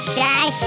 Shy